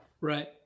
Right